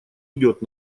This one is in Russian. идет